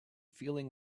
feeling